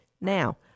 Now